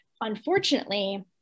unfortunately